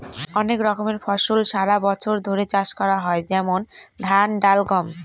অনেক রকমের ফসল সারা বছর ধরে চাষ করা হয় যেমন ধান, ডাল, গম